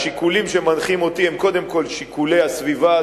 השיקולים שמנחים אותי הם קודם כול שיקולי הסביבה,